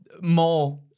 more